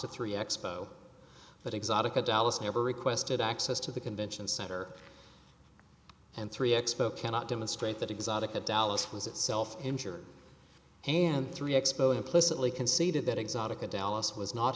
to three expo but exotica dallas never requested access to the convention center and three expo cannot demonstrate that exotic at dallas was itself insured and three expo implicitly conceded that exotica dallas was not